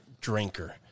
drinker